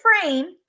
frame